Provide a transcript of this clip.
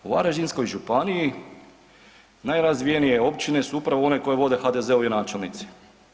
U Varaždinskoj županiji najrazvijenije općine su upravo one koje vode HDZ-ovi načelnici.